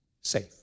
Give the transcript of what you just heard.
safe